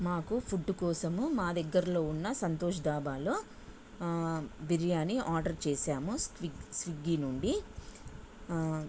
మాకు ఫుడ్ కోసము మా దగ్గరలో ఉన్న సంతోష్ దాబాలో బిర్యానీ ఆర్డర్ చేసాము స్విగ్గీ స్విగ్గీ నుండి